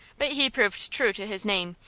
but he proved true to his name,